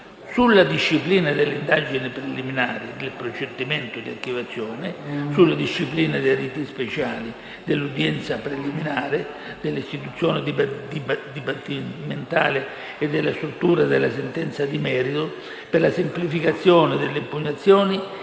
sulla disciplina delle indagini preliminari e del procedimento di archiviazione; sulla disciplina dei riti speciali, dell'udienza preliminare, dell'istruzione dibattimentale e della struttura della sentenza di merito; per la semplificazione delle impugnazioni